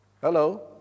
Hello